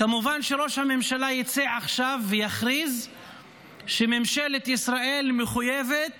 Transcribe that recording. כמובן שראש הממשלה יצא עכשיו ויכריז שממשלת ישראל מחויבת